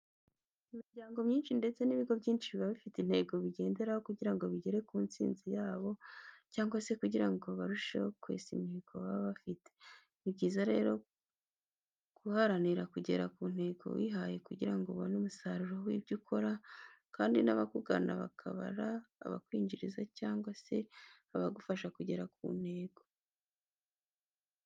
Imiryango myinshi ndetse n'ibigo byinshi biba bifite intego bigenderaho kugira ngo bigere ku ntsinzi yabo cyangwa se kugira ngo barusheho kwesa imihigo baba bafite. Ni byiza rero guharanira kugera ku ntego wihaye kugira ngo ubone umusaruro w'ibyo ukora kandi n'abakugana bakaba ari abakwinjiriza cyangwa se abagufasha kugera ku ntego.